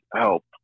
help